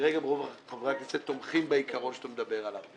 וכנראה גם רוב חברי הכנסת תומכים בעיקרון שאתה מדבר עליו.